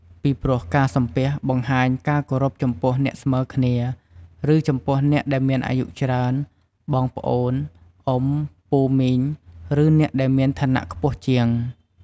ពីព្រោះការសំពះ បង្ហាញការគោរពចំពោះអ្នកស្មើគ្នា ឬចំពោះអ្នកដែលមានអាយុច្រើន បងប្អូន អ៊ំ ពូមីង ឬអ្នកដែលមានឋានៈខ្ពស់ជាង។